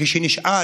כאשר נשאל